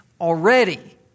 already